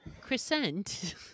Crescent